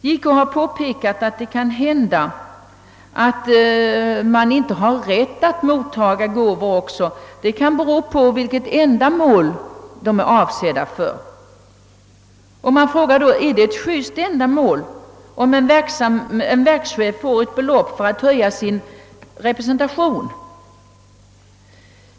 JK har påpekat att rätten att mottaga gåvor också är beroende av vilket ändamål de är avsedda för. Man frågar då: Är det ett juste ändamål om en verkschef får ett belopp för att höja sitt representationskonto?